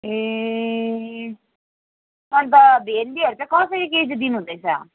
ए अन्त भिन्डीहरू चाहिँ कसरी केजी दिनुहुँदैछ